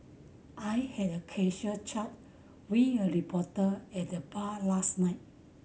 I had a casual chat with a reporter at the bar last night